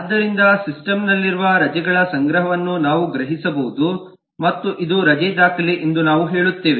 ಆದ್ದರಿಂದ ಸಿಸ್ಟಮ್ನಲ್ಲಿರುವ ರಜೆಗಳ ಸಂಗ್ರಹವನ್ನು ನಾವು ಗ್ರಹಿಸಬಹುದು ಮತ್ತು ಇದು ರಜೆ ದಾಖಲೆ ಎಂದು ನಾವು ಹೇಳುತ್ತೇವೆ